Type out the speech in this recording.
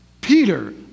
Peter